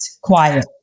quiet